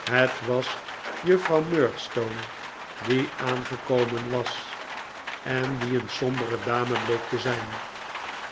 het was juffrouw murdstone die aangekomen was en die een sombere dame meek te zijn